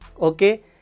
okay